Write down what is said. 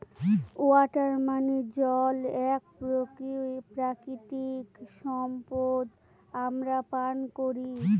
water মানে জল এক প্রাকৃতিক সম্পদ আমরা পান করি